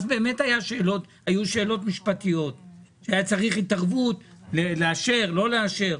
ואז היו שאלות משפטיות שהיה צריך התערבות אם לאשר או לא לאשר.